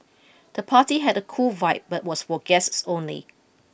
the party had a cool vibe but was for guests only